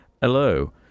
hello